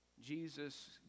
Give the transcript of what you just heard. Jesus